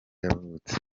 yavutse